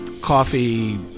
coffee